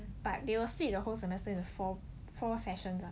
but they will split the whole semester in the four four session lah